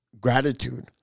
Gratitude